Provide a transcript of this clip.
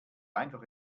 einfach